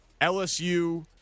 LSU